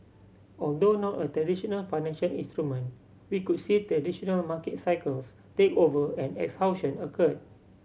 although not a traditional financial instrument we could see traditional market cycles take over and exhaustion occur